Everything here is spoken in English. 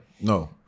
no